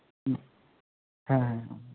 ᱦᱩᱸ ᱦᱮᱸ ᱦᱮᱸ ᱴᱷᱤᱠ